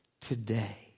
Today